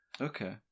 Okay